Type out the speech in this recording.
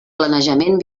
planejament